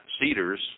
cedars